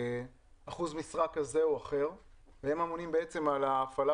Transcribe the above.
באחוז משרה כזה או אחר והם אמונים על ההפעלה